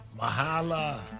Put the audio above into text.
Mahala